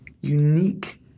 unique